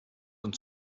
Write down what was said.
und